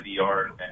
VR